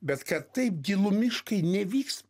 bet kad taip gilumiškai nevyks